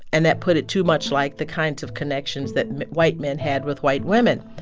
and that put it too much like the kinds of connections that white men had with white women.